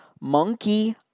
monkey